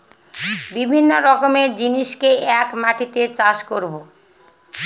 বিভিন্ন রকমের জিনিসকে এক মাটিতে চাষ করাবো